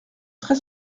très